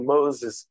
Moses